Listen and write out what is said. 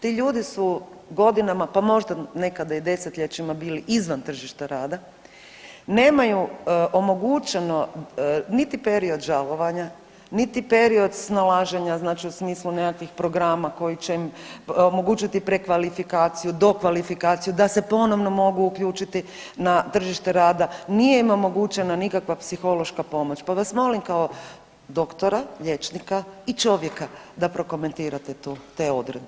Ti ljudi su godinama pa možda nekada i desetljećima bili izvan tržišta rada, nemaju omogućeno niti period žalovanja, niti period snalaženja znači u smislu nekakvih programa koji će omogućiti prekvalifikaciju, dokvalifikaciju, da se ponovno mogu uključiti na tržište rada, nije im omogućena nikakva psihološka pomoć, pa vas molim kao doktora, liječnika i čovjeka da prokomentirate te odredbe.